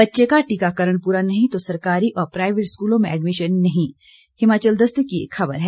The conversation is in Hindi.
बच्चे का टीकाकरण पूरा नहीं तो सरकारी और प्राइवेट स्कूलों में एडमिशन नहीं हिमाचल दस्तक की एक खबर है